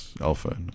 alpha